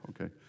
okay